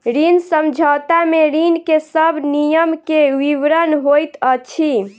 ऋण समझौता में ऋण के सब नियम के विवरण होइत अछि